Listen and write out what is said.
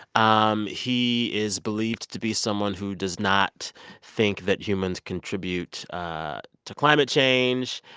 um he is believed to be someone who does not think that humans contribute to climate change,